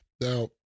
Now